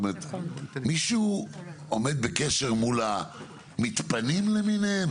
מישהו עומד בקשר עם המתפנים למיניהם?